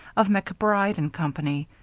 of macbride and company.